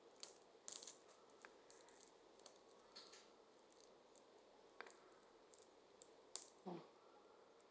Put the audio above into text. mm